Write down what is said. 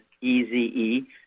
E-Z-E